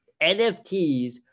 NFTs